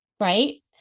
right